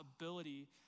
ability